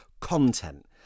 content